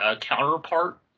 counterpart